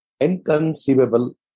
inconceivable